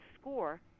score